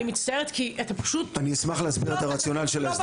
אני מצטערת כי אתה פשוט לא בכיוון.